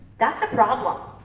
that's a problem.